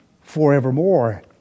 forevermore